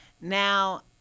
Now